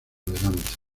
delante